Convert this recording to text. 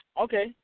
okay